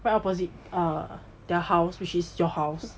right opposite the house which is your house